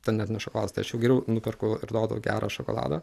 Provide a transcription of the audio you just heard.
ten net ne šokoladas tai aš jau geriau nuperku ir duodu gerą šokoladą